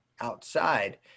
outside